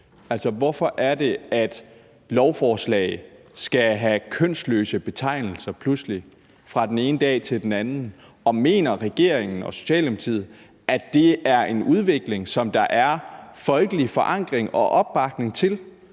hvorfor er det, at lovforslag pludselig skal have kønsløse betegnelser fra den ene dag til den anden? Og mener Socialdemokratiet og regeringen, at det er en udvikling, som der er folkelig forankring i og opbakning til?